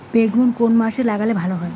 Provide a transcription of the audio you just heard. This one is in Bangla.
বেগুন কোন মাসে লাগালে ভালো হয়?